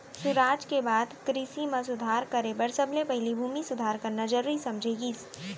सुराज के बाद कृसि म सुधार करे बर सबले पहिली भूमि सुधार करना जरूरी समझे गिस